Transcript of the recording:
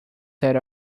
set